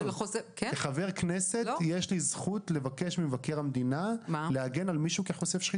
כחבר כנסת יש לי זכות לבקש ממבקר המדינה להגן על מישהו כחושף שחיתויות.